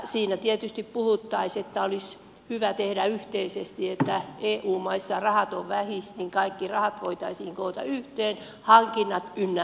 siinä tietysti puhuttaisiin että olisi hyvä tehdä yhteisesti ja että kun eu maissa rahat on vähissä niin kaikki rahat voitaisiin koota yhteen hankinnat ynnä muut